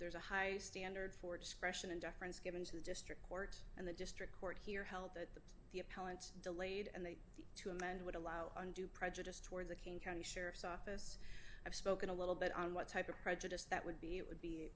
there's a high standard for discretion and deference given to the district court and the district court here held that the appellant delayed and they the two men would allow undue prejudice toward the king county sheriff's office i've spoken a little bit on what type of prejudice that would be it would be